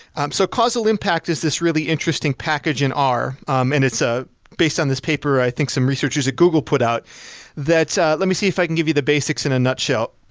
um so causal impact is this really interesting package in r um and it's ah based on this paper i think some researchers at google put out that let me see if i can give you the basics in a nutshell.